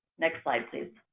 next slide, please.